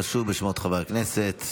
קרא שוב בשמות חברי הכנסת,